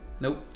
Nope